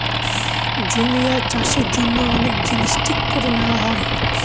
জমি আর চাষের জন্য অনেক জিনিস ঠিক করে নেওয়া হয়